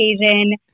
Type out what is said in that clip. occasion